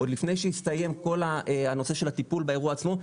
עוד לפני שהסתיים כל הנושא של הטיפול באירוע עצמו,